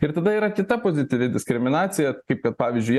ir tada yra kita pozityvi diskriminacija kaip kad pavyzdžiui